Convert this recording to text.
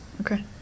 Okay